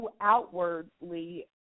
outwardly